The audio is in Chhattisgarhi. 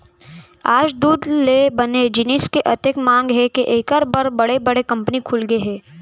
आज दूद ले बने जिनिस के अतेक मांग हे के एकर बर बड़े बड़े कंपनी खुलगे हे